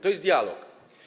To jest dialog.